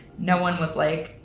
no one was like,